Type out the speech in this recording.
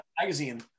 magazine